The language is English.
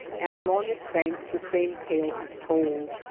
and along its banks the same tale is told.